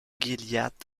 gilliatt